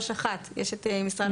4631. יש את משרד החוץ,